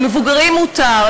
למבוגרים מותר,